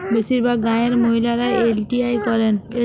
বেশিরভাগ গাঁয়ের মহিলারা এল.টি.আই করেন